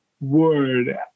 word